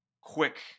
quick